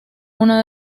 una